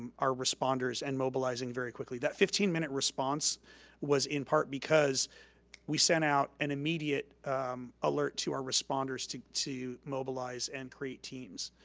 um our responders and mobilizing very quickly. that fifteen minute response was in part because we sent out an immediate alert to our responders to to mobilize and create teams.